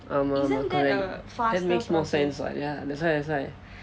ஆமாம் ஆமாம்:aamaam aamaam correct that makes more sense lah correct that's why